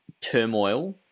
turmoil